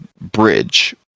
bridge